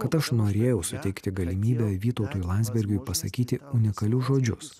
kad aš norėjau suteikti galimybę vytautui landsbergiui pasakyti unikalius žodžius